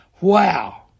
Wow